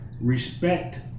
respect